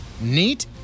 Neat